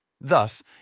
Thus